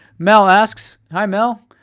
mel asks, hi mel,